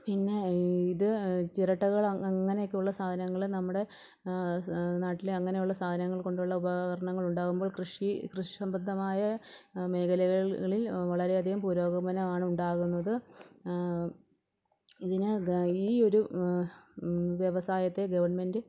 പിന്നെ ഇത് ചിരട്ടകളൊ അങ്ങനെയൊക്കെയുള്ള സാധനങ്ങൾ നമ്മുടെ നാട്ടിലെ അങ്ങനെയുള്ള സാധനങ്ങൾ കൊണ്ടുള്ള ഉപകരണങ്ങളുണ്ടാകുമ്പോൾ കൃഷി കൃഷി സംബന്ധമായ മേഖലകളിൽ വളരെയധികം പുരോഗമനമാണുണ്ടാകുന്നത് ഇതിനെ ഈയൊരു വ്യവസായത്തെ ഗവണ്മെൻ്റ്